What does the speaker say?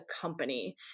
company